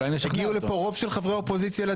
הגיעו לדיון כאן רוב חברי האופוזיציה.